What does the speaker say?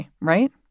right